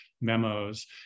memos